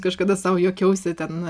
kažkada sau juokiausi ten